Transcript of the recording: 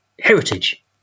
heritage